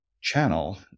channel